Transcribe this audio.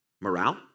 morale